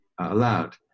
allowed